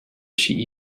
she